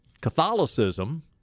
Catholicism